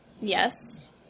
Yes